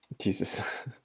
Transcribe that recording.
Jesus